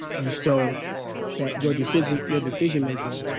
and so that your decision your decision making